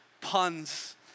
puns